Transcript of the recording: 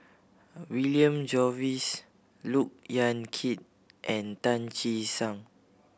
William Jervois Look Yan Kit and Tan Che Sang